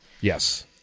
Yes